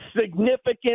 significant